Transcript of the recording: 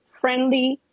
friendly